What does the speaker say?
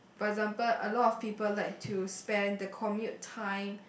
for example a lot of people like to spend the commute time